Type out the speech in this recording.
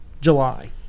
July